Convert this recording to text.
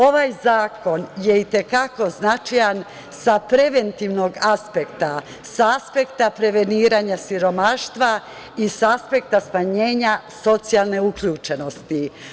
Ovaj zakon je i te kako značajan sa preventivnog aspekta, sa aspekta preveniranja siromaštva i sa aspekta smanjenja socijalne uključenosti.